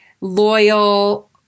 loyal